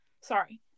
Sorry